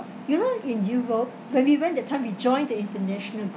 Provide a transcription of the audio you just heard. you know in europe when we went that time we joined the international